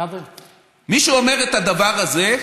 מי שאומר את הדבר הזה,